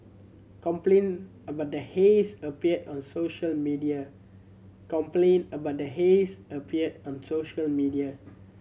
complaint about the haze appeared on social media